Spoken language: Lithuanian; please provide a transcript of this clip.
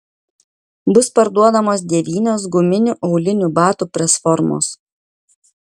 bus parduodamos devynios guminių aulinių batų presformos